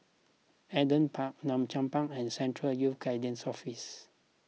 Adam Park Malcolm Park and Central Youth Guidance Office